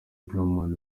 blauman